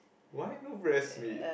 why no breast meat